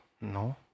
No